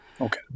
Okay